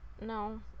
no